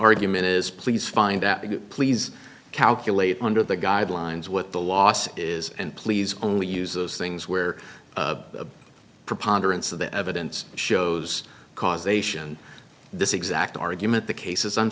argument is please find out if you please calculate under the guidelines what the loss is and please only use those things where a preponderance of the evidence shows causation this exact argument the cases